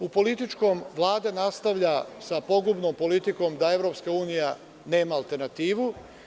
U političkom Vlada nastavlja sa pogubnom politikom da EU nema alternativu.